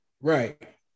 Right